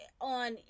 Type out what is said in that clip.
on